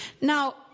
Now